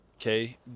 Okay